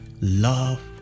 love